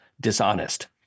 dishonest